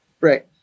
right